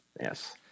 Yes